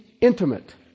intimate